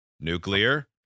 nuclear